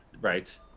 Right